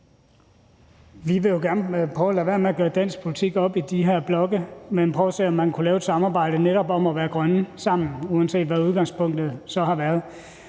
Vi vil jo gerne prøve at lade være med at gøre dansk politik op i de her blokke, men prøve at se, om man kan lave et samarbejde om at være grønne, uanset hvad udgangspunktet så har været.